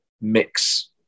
mix